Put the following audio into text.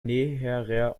näherer